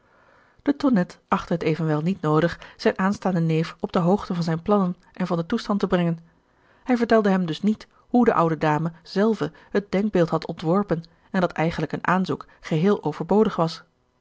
het evenwel niet noodig zijn aanstaanden neef op de hoogte van zijne plannen en van den toestand te brengen hij vertelde hem dus niet hoe de oude dame zelve het denkbeeld had ontworpen en dat eigenlijk een aanzoek geheel overbodig was